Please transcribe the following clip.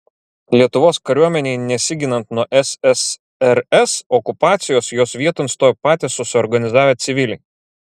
lietuvos kariuomenei nesiginant nuo ssrs okupacijos jos vieton stojo patys susiorganizavę civiliai